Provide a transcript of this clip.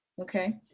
Okay